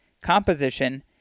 composition